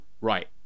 right